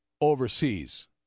overseas